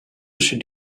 should